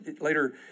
later